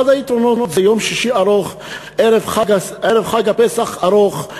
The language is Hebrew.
אחד היתרונות זה יום שישי ארוך, ערב חג הפסח ארוך.